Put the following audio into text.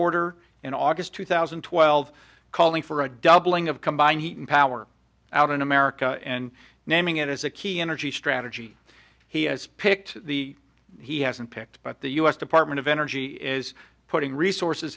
order in august two thousand and twelve calling for a doubling of combined heat and power out in america and naming it as a key energy strategy he has picked the he hasn't picked but the u s department of energy is putting resources